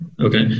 Okay